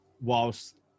whilst